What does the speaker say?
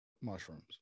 Mushrooms